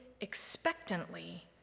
expectantly